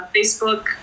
Facebook